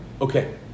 Okay